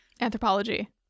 anthropology